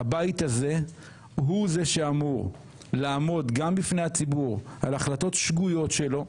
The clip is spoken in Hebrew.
הבית הזה הוא זה שאמור לעמוד גם בפני הציבור על החלטות שגויות שלו,